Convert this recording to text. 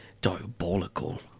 diabolical